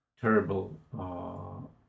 terrible